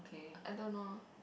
I don't know